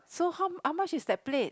so how how much is that plate